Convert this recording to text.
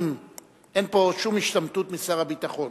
אין פה שום השתמטות של שר הביטחון.